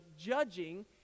judging